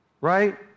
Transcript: right